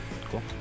Cool